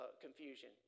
confusion